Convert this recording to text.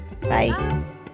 Bye